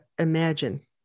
imagine